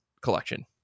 collection